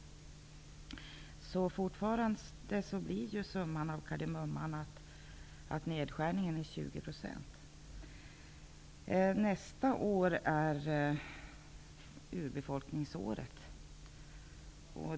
Summan av kardemumman blir ju fortfarande att nedskärningen är 20 %. Nästa år är urbefolkningsåret.